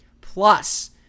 Plus